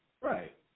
Right